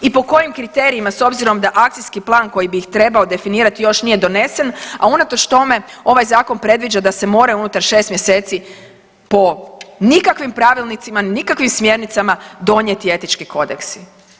I po kojim kriterijima s obzirom da akcijski plan koji bi ih trebao definirati još nije donesen, a unatoč tome ovaj zakon predviđa da se mora unutar šest mjeseci, po nikakvim pravilnicima, nikakvim smjernicama, donijeti etički kodeksi.